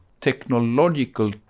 technological